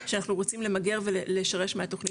שאנחנו רוצים למגר ולשרש מהתוכנית.